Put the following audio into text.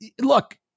look